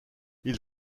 ils